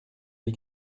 dit